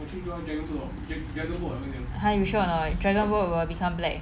!huh! you sure a not dragon boat will become black